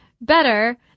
better